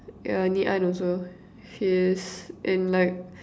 yeah Ngee-Ann also she's in like